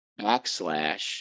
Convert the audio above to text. backslash